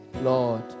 Lord